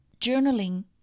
Journaling